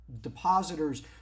depositors